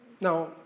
Now